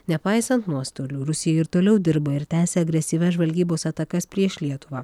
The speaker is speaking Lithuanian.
nepaisant nuostolių rusija ir toliau dirba ir tęsia agresyvias žvalgybos atakas prieš lietuvą